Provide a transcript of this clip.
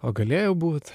o galėjo būt